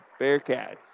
Bearcats